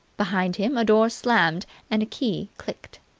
behind him a door slammed and a key clicked.